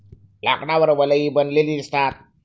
लाकडावर वलये बनलेली दिसतात